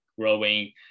growing